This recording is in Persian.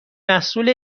محصول